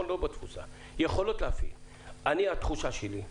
התחושה שלי,